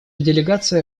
делегация